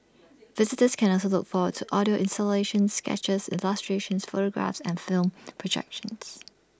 visitors can also look forward to audio installations sketches illustrations photographs and film projections